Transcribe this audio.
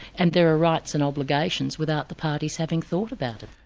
and there are rights and obligations without the parties having thought about it.